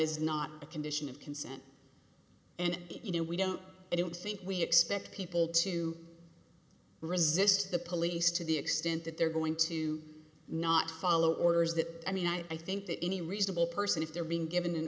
is not a condition of consent and you know we don't i don't think we expect people to resist the police to the extent that they're going to not follow orders that i mean i think that any reasonable person if they're being given an